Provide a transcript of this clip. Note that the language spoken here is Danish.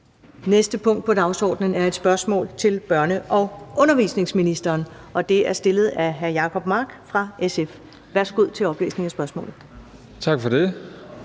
næste punkt på dagsordenen er et spørgsmål til børne- og undervisningsministeren, og det er stillet af hr. Jacob Mark fra SF. Kl. 16:19 Spm. nr. S 1080 27) Til børne-